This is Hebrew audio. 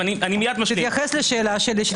(חברת הכנסת קארין אלהרר יוצאת מאולם הוועדה) תתייחס לשאלה שלי.